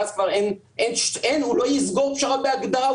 ואז כבר הוא לא יסגור פשרה בהגדרה,